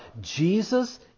Jesus